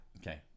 Okay